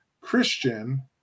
Christian